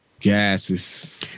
Gases